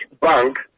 bank